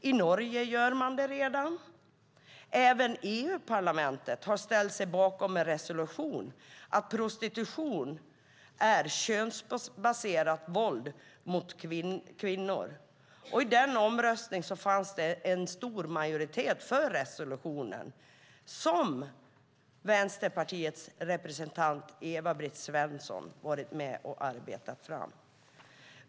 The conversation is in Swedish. I Norge har man redan gjort det. Även EU-parlamentet har ställt sig bakom en resolution där det sägs att prostitution är könsbaserat våld mot kvinnor. I den omröstningen fanns det en stor majoritet för resolutionen, som Vänsterpartiets representant Eva-Britt Svensson varit med och arbetat fram.